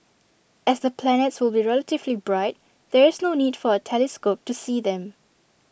as the planets will be relatively bright there is no need for A telescope to see them